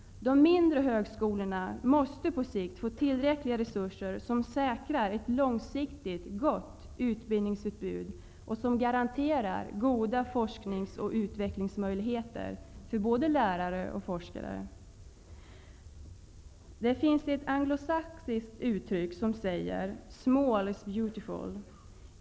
De mindre högskolorna måste på sikt få tillräckliga resurser, som säkrar ett långsiktigt gott utbildningsutbud och som garanterar goda forskningsoch utvecklingsmöjligheter för både lärare och forskare. Det finns ett anglosachsiskt uttryck som säger: ''Small is beautiful''.